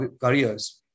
careers